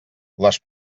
les